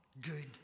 good